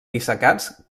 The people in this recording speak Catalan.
dissecats